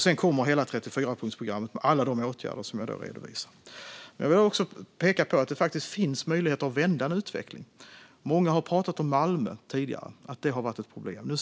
Sedan kommer hela 34-punktsprogrammet med alla de åtgärder som jag redovisade. Jag vill också peka på att det faktiskt finns möjligheter att vända en utveckling. Många har tidigare pratat om att Malmö har varit ett problem.